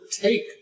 take